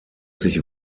sich